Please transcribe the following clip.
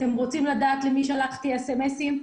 אתם רוצים לדעת למי שלחתי אס-אם-אסים?